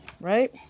right